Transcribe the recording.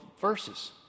verses